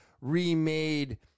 remade